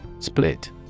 Split